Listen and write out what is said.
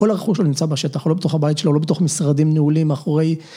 כל הרכוש שלו נמצא בשטח, לא בתוך הבית שלו, לא בתוך משרדים נעולים מאחורי...